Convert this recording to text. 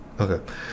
okay